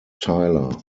tyler